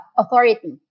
authority